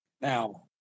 Now